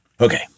Okay